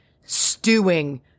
stewing